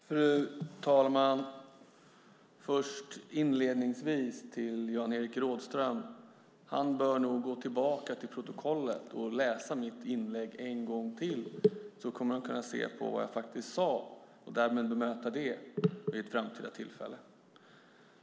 Fru talman! Inledningsvis vill jag säga att Jan-Evert Rådhström nog bör gå tillbaka till protokollet och läsa mitt inlägg en gång till. Då kommer han att kunna se vad jag faktiskt sade och därmed bemöta det vid ett framtida tillfälle.